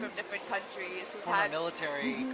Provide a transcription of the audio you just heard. um different countries. current military.